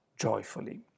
joyfully